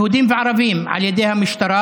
יהודים וערבים, על ידי המשטרה.